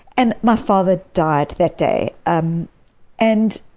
and my father died that day. um and